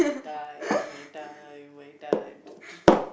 my time my time my time